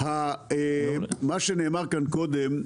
מה שנאמר כאן קודם,